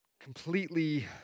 completely